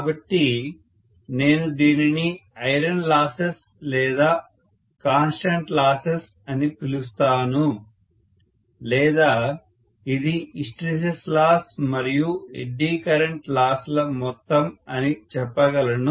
కాబట్టి నేను దీనిని ఐరన్ లాసెస్ లేదా కాన్స్ టెంట్ లాసెస్ అని పిలుస్తాను లేదా ఇది హిస్టెరిసిస్ లాస్ మరియు ఎడ్డీ కరెంట్ లాస్ ల మొత్తం అని చెప్పగలను